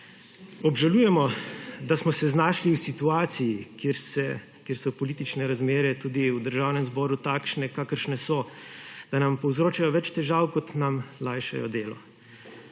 Obžalujemo, da smo se znašli v situaciji, kjer so politične razmere tudi v Državnem zboru takšne, kakršne so. Da nam povzročajo več težav kot nam lajšajo delo.